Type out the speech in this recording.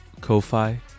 Ko-Fi